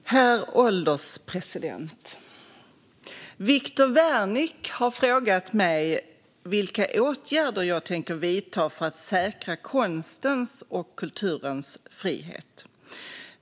Herr ålderspresident! Viktor Wärnick har frågat mig vilka åtgärder jag tänker vidta för att säkra konstens och kulturens frihet.